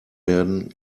werden